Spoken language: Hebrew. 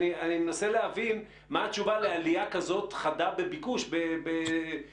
אני מנסה להבין מה התשובה לעליה כזו חדה בביקוש ביום-יומיים?